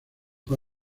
fue